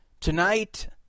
Tonight